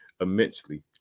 immensely